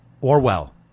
Orwell